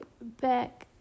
back